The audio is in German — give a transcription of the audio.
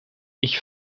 ich